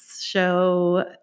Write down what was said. show